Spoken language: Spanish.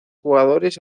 jugadores